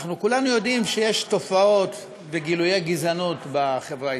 כולנו יודעים שיש תופעות וגילויי גזענות בחברה הישראלית,